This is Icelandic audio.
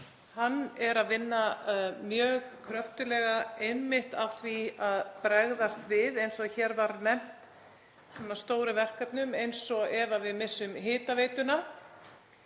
Hann er að vinna mjög kröftuglega einmitt að því að bregðast við, eins og hér var nefnt, svona stórum verkefnum eins og ef við missum hitaveituna.